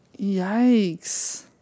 Yikes